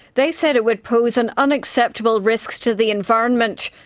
they said it would pose an unacceptable risk to the environment.